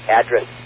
address